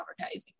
advertising